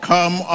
Come